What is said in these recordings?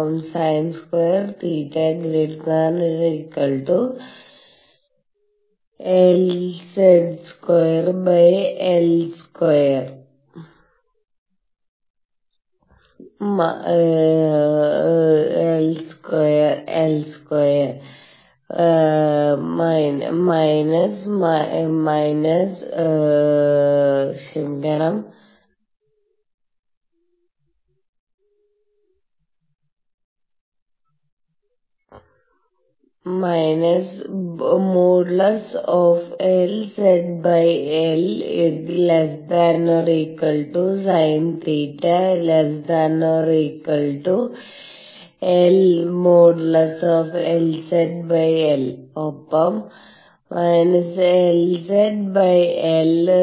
ഒപ്പം sin2Lz2L2 LzLsin LzL ഒപ്പം LzLsin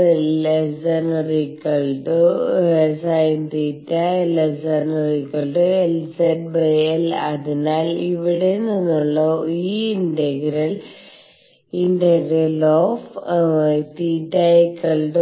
LzL അതിനാൽ ഇവിടെ നിന്നുള്ള ഈ integral sin 1LzLsin 1LzLL2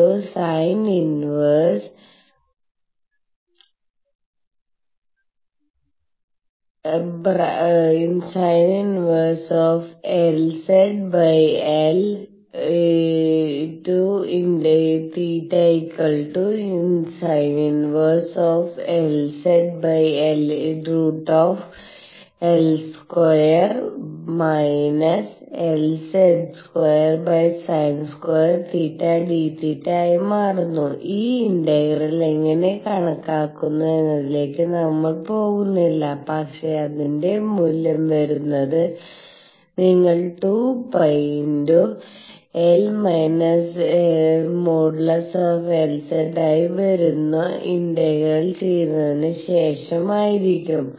LZ2sin2d ആയി മാറുന്നു ഈ ഇന്റഗ്രൽ എങ്ങനെ കണക്കാക്കുന്നു എന്നതിലേക്ക് നമ്മൾ പോകുന്നില്ല പക്ഷേ അതിന്റെ മൂല്യം വരുന്നുന്നത് നിങ്ങൾ 2 π ആയി വരുന്ന ഇന്റഗ്രൽ ചെയ്തതിന് ശേഷം ആയിരിക്കും